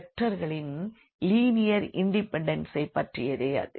வெக்டர்களின் லினியர் இண்டிபெண்டன்சைப் பற்றியதே அது